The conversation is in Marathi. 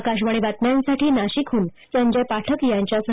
आकाशवाणी बातम्यांसाठी नाशिकहून संजय पाठक यांच्यासह